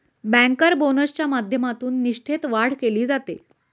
banker बोनसच्या माध्यमातून निष्ठेत वाढ केली जाते